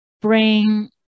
bring